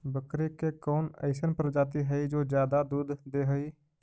बकरी के कौन अइसन प्रजाति हई जो ज्यादा दूध दे हई?